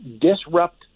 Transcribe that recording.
disrupt